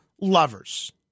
lovers